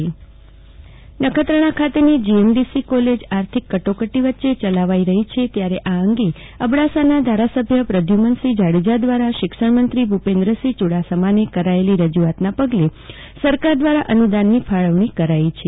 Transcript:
જાગતી વકીલ શિક્ષણમંત્રી કચ્છમાં નખત્રાણા ખાતેની જીએમડીસી કોલેજ આર્થિક કટોકટી વચ્ચે ચલાવાઈ રહી છે ત્યારે આ અંગે અબડાસાના ધારાસભ્ય પ્રદ્યુમનસિંહ જાડેજા દ્વારા શિક્ષણમંત્રી ભૂપેન્દ્રસિંહ ચુડાસમાને કરાયેલ રજૂઆતના પગલે સરકાર દ્વારા અનુદાનની ફાળવણી કરાઈ છે